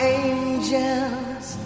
angels